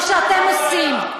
כמו שאתם עושים.